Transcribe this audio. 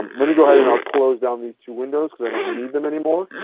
let me go ahead and i'll close down these two windows because i don't need them anymore,